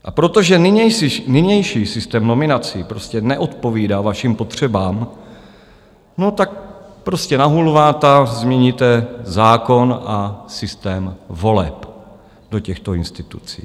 A protože nynější systém nominací prostě neodpovídá vašim potřebám, no tak prostě na hulváta změníte zákon a systém voleb do těchto institucí.